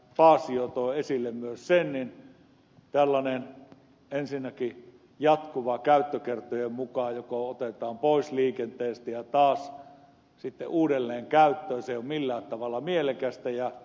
paasio toi myös esille ensinnäkin tällainen jatkuva menettely että käyttökertojen mukaan joko otetaan pois liikenteestä ja taas sitten uudelleen käyttöön ei ole millään tavalla mielekästä